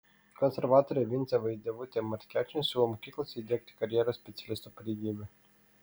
konservatorė vincė vaidevutė markevičienė siūlo mokyklose įdiegti karjeros specialisto pareigybę